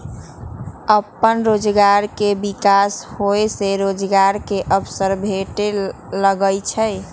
अप्पन रोजगार के विकास होय से रोजगार के अवसर भेटे लगैइ छै